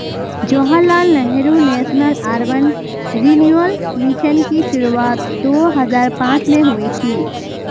Jawaharlal Nehru national urban renewal mission की शुरुआत दो हज़ार पांच में हुई थी